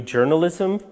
Journalism